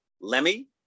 Lemmy